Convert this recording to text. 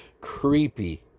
creepy